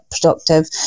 productive